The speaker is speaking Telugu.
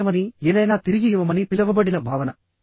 సర్వ్ చేయమని ఏదైనా తిరిగి ఇవ్వమని పిలవబడిన భావన